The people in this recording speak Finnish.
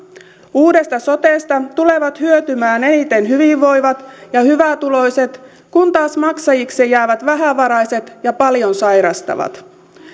uudesta sotesta tulevat hyötymään eniten hyvinvoivat ja hyvätuloiset kun taas maksajiksi jäävät vähävaraiset ja paljon sairastavat